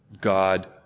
God